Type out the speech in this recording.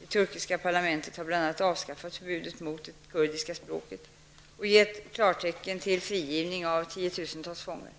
Det turkiska parlamentet har bl.a. avskaffat förbudet mot det kurdiska språket och gett klartecken till frigivningar av tiotusentals fångar.